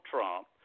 Trump